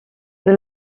the